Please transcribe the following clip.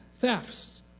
thefts